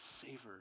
savor